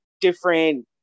different